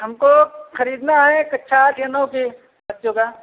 हमको खरीदना है कक्षा जे नौ के बच्चों का